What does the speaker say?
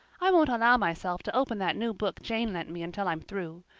i won't allow myself to open that new book jane lent me until i'm through.